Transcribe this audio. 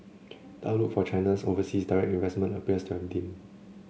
the outlook for China's overseas direct investment appears to have dimmed